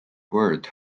word